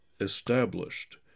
established